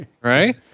Right